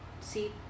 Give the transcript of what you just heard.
see